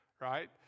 right